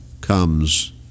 comes